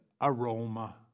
aroma